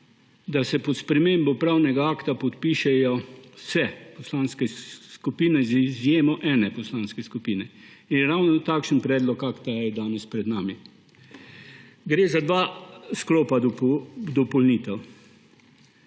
da se pod spremembo pravnega akta podpišejo vse poslanske skupine, z izjemo ene poslanske skupine. In ravno takšen predlog akta je danes pred nami. Gre za dva sklopa dopolnitev.